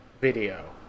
video